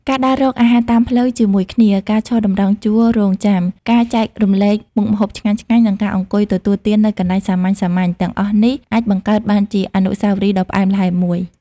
ការដើររកអាហារតាមផ្លូវជាមួយគ្នា ការឈរតម្រង់ជួររង់ចាំ ការចែករំលែកមុខម្ហូបឆ្ងាញ់ៗ និងការអង្គុយទទួលទាននៅកន្លែងសាមញ្ញៗ ទាំងអស់នេះអាចបង្កើតបានជាអនុស្សាវរីយ៍ដ៏ផ្អែមល្ហែមមួយ។